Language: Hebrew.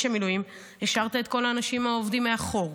המילואים השארת את כל האנשים העובדים מאחור.